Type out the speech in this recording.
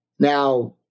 Now